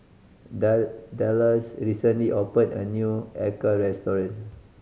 Dallas recently opened a new acar restaurant